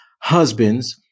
husbands